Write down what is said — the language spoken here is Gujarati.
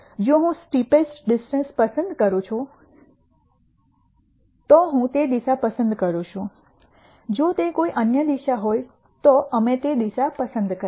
જો હું સ્ટીપેસ્ટ ડિસેન્ટ પસંદ કરું છું તો હું તે દિશા પસંદ કરું છું જો તે કોઈ અન્ય દિશા હોય તો અમે તે દિશા પસંદ કરીએ